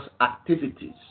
activities